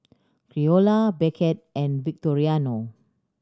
Creola Beckett and Victoriano